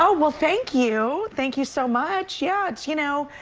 oh, well, thank you. thank you so much. yeah, you know,